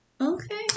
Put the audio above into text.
Okay